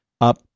up